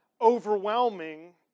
overwhelming